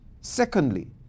Secondly